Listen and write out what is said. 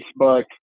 Facebook